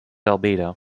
albedo